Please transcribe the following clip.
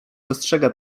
wystrzega